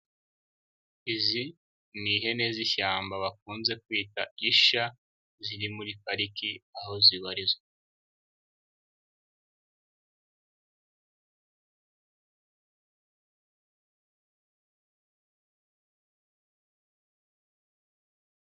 Izi ni ihene z'ishyamba bakunze kwita ishya ziri muri pariki aho zibarizwa.